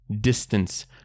distance